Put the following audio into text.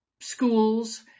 schools